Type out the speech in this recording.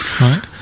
Right